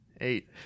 Eight